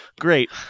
Great